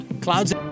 Clouds